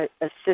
assist